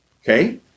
Okay